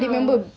no